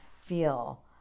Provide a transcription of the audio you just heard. feel